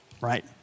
right